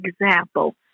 example